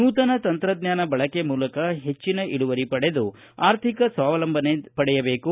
ನೂತನ ತಂತ್ರಜ್ಞಾನ ಬಳಕೆ ಮೂಲಕ ಹೆಚ್ಚಿನ ಇಳುವರಿ ಪಡೆದು ಅರ್ಥಿಕ ಸ್ವಾವಲಂಬನೆ ಪಡೆಯಬೇಕು